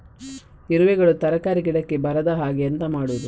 ಇರುವೆಗಳು ತರಕಾರಿ ಗಿಡಕ್ಕೆ ಬರದ ಹಾಗೆ ಎಂತ ಮಾಡುದು?